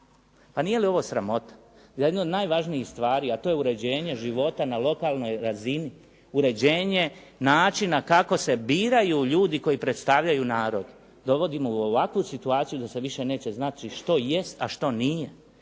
Pa nije li ovo sramota da jednu od najvažnijih stvari a to je uređenje života na lokalnoj razini, uređenje načina kako se biraju ljudi koji predstavljaju narod dovodimo u ovakvu situaciju da se više neće znati što jest a što nije.